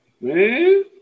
Man